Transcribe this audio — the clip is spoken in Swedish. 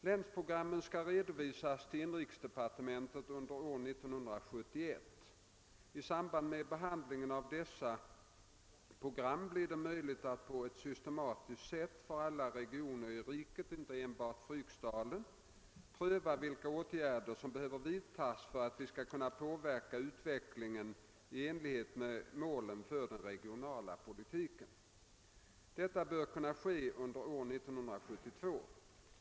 Länsprogrammen skall redovisas till inrikesdepartementet under år 1971. I samband med behandlingen av dessa program blir det möjligt att på ett systematiskt sätt för alla regioner i riket — inte enbart Fryksdalen — pröva vilka åtgärder som behöver vidtas för att vi skall kunna påverka utvecklingen i enlighet med målen för den regionala politiken. Detta bör kunna ske under år 1972.